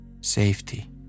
safety